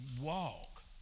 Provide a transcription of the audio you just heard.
walk